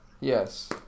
yes